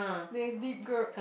that's deep girl